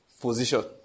position